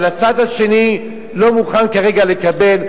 אבל הצד השני לא מוכן כרגע לקבל,